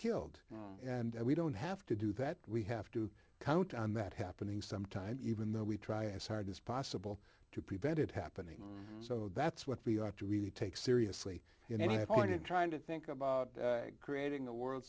killed and we don't have to do that we have to count on that happening sometimes even though we try as hard as possible to prevent it happening so that's what we have to really take seriously in any point in trying to think about creating a world